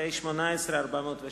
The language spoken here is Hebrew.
פ/416/18.